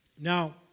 Now